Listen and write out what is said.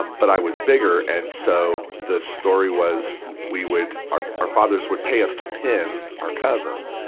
um but i was bigger, and so, the story was, we would, our, our fathers would pay us to pin our cousins.